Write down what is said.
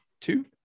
two